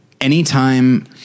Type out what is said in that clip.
anytime